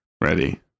Ready